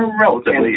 Relatively